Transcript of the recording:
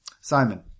Simon